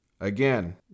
Again